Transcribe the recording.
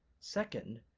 second,